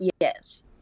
Yes